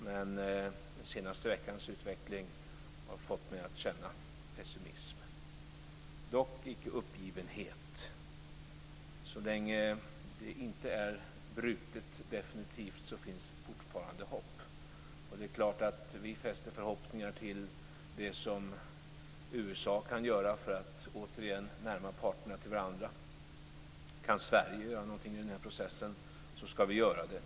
Men den senaste veckans utveckling har fått mig att känna pessimism, dock icke uppgivenhet. Så länge fredsarbetet inte är brutet definitivt finns fortfarande hopp. Det är klart att vi fäster förhoppningar vid det som USA kan göra för att återigen närma parterna till varandra. Kan Sverige göra någonting i den här processen, ska vi göra det.